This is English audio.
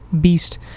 beast